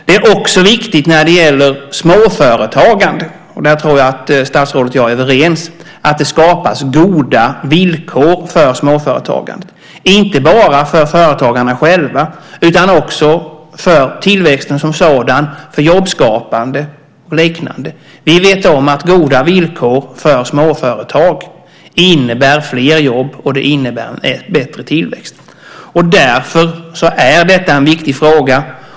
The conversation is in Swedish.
Det är också viktigt - där tror jag att statsrådet och jag är överens - att det skapas goda villkor för småföretagandet, inte bara för företagarna själva utan också för tillväxten som sådan, för jobbskapande och liknande. Vi vet att goda villkor för småföretag innebär fler jobb och en bättre tillväxt. Därför är detta en viktig fråga.